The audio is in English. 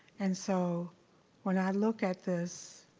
and so when i look at this,